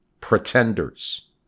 pretenders